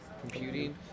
computing